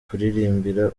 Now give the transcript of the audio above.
kuririmbira